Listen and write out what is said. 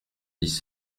dix